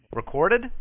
recorded